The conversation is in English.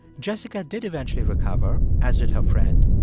jessica did eventually recover, as did her friend.